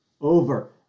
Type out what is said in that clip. over